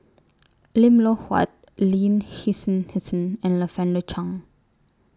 Lim Loh Huat Lin Hsin Hsin and Lavender Chang